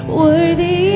worthy